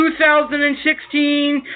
2016